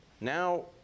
Now